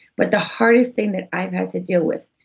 but the hardest thing that i've had to deal with,